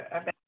okay